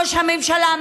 ראש הממשלה,